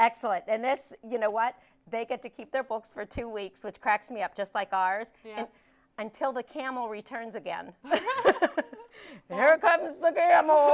excellent and this you know what they get to keep their books for two weeks which cracks me up just like ours until the camel returns again